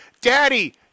Daddy